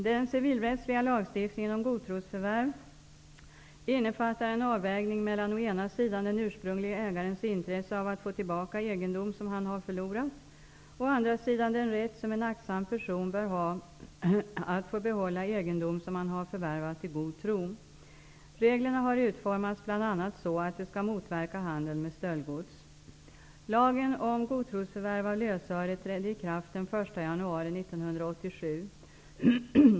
Den civilrättsliga lagstiftningen om godtrosförvärv innefattar en avvägning mellan å ena sidan den ursprunglige ägarens intresse av att få tillbaka egendom som han har förlorat och å andra sidan den rätt som en aktsam person bör ha att få behålla egendom som han har förvärvat i god tro. Reglerna har utformats bl.a. så att de skall motverka handeln med stöldgods. Lagen om godtrosförvärv av lösöre trädde i kraft den 1 januari 1987.